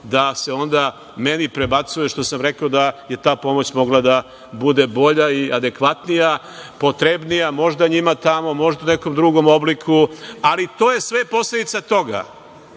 da se onda meni prebacuje što sam rekao da je ta pomoć mogla da bude bolja i adekvatnija, potrebnija možda njima tamo, možda u nekom drugom obliku. To je sve posledica toga